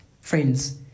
Friends